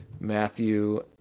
matthew